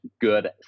good